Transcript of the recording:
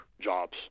jobs